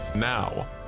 Now